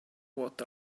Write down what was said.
what